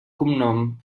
cognom